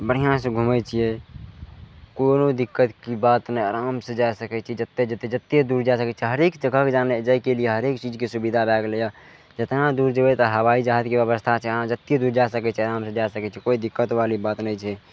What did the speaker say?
बढ़िआँसँ घुमय छियै कोनो दिक्कतके बात नहि आरामसँ जा सकय छी जेत्ते जेत्ते जेत्ते दूर जा सकय छै हरेक जगहके जानय जाइ केलिये हरेक चीजके सुविधा भए गेलय यऽ जेतना दूर जेबय तऽ हबाई जहाजके ब्यवस्था छै अहाँ जेत्ते दूर जा सकय छियै आरामसँ जा सकय छियै कोइ दिक्कतवाली बात नहि छै